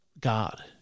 God